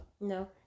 no